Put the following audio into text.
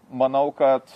manau kad